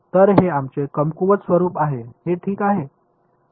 तर हे आमचे कमकुवत रूप आहे हे ठीक आहे